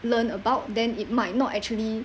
learn about then it might not actually